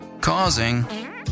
causing